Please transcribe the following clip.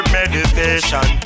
meditation